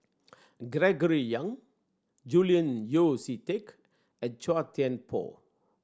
Gregory Yong Julian Yeo See Teck and Chua Thian Poh